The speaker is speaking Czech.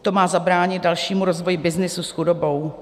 To má zabránit dalšímu rozvoji byznysu s chudobou.